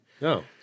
No